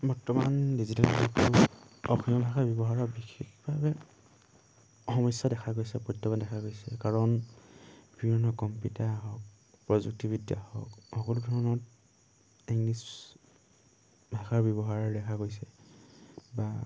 বৰ্তমান ডিজিটেল ভাগটো অসমীয়া ভাষা ব্যৱহাৰৰ বিশেষভাৱে সমস্যা দেখা গৈছে প্ৰত্যাহ্বান দেখা গৈছে কাৰণ বিভিন্ন কম্পিউটাৰ হওক প্ৰযুক্তিবিদ্যা হওক সকলো ধৰণৰ ইংলিছ ভাষাৰ ব্যৱহাৰ দেখা গৈছে বা